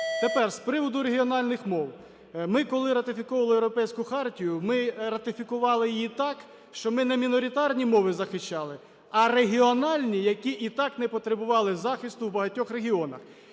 Тепер з приводу регіональних мов. Ми, коли ратифіковували Європейську хартію, ми ратифікували її так, що ми не міноритарні мови захищали, а регіональні, які і так не потребували захисту в багатьох регіонах.